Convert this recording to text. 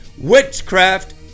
Witchcraft